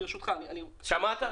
ברשותך --- שמעת?